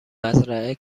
مزرعه